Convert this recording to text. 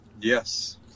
yes